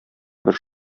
бер